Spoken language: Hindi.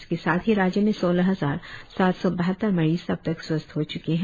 इसके साथ ही राज्य में सोलह हजार सात सौ बहत्तर मरीज अब तक स्वस्थ हो च्के है